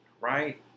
Right